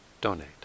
donate